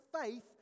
faith